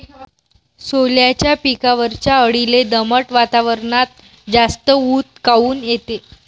सोल्याच्या पिकावरच्या अळीले दमट वातावरनात जास्त ऊत काऊन येते?